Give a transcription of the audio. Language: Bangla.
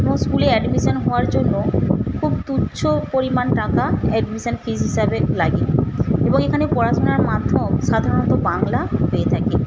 কোনো স্কুলে আ্যডমিশন হওয়ার জন্য খুব তুচ্ছ পরিমাণ টাকা আ্যডমিশন ফিস হিসাবে লাগে এবং এখানে পড়াশোনার মাধ্যম সাধারণত বাংলা হয়ে থাকে